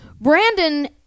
Brandon